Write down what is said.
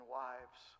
wives